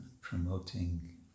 promoting